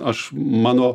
aš mano